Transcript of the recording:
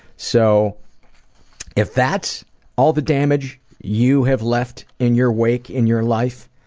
so if that's all the damage you have left in your wake in your life,